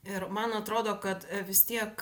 ir man atrodo kad vis tiek